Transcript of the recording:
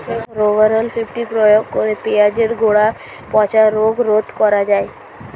Rovral fifty প্রয়োগ করে পেঁয়াজের গোড়া পচা রোগ রোধ করা যায়?